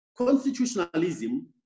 constitutionalism